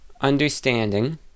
understanding